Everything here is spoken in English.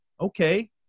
okay